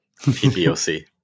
PBOC